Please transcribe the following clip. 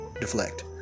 deflect